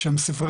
יש שם ספרייה,